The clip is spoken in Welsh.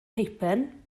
peipen